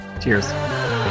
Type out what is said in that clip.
Cheers